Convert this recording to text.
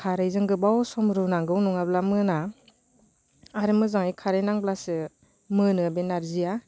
खारैजों गोबाव सम रुनांगौ नङाब्ला मोना आरो मोजाङै खारै नांब्लासो मोनो बे नारजिया